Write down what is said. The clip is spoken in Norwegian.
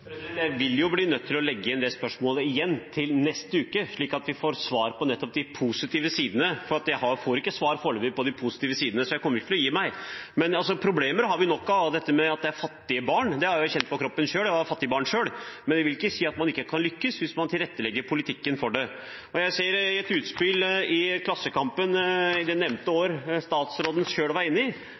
Jeg vil bli nødt til å legge inn dette spørsmålet igjen til neste uke, slik at vi får svar på nettopp de positive sidene, for jeg har foreløpig ikke fått svar på de positive sidene, og jeg kommer ikke til å gi meg. Problemer har vi nok av, og at det er fattige barn, har jeg kjent på kroppen selv. Jeg var et fattig barn, men jeg vil ikke si at man ikke kan lykkes hvis man tilrettelegger politikken for det. Jeg ser at Fremskrittspartiets nestleder Per Sandberg i et utspill i Klassekampen det året som statsråden